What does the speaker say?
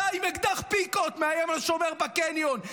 אתה עם אקדח פיקות מאיים על שומר בקניון,